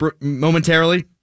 momentarily